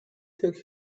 took